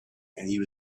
and